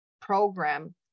program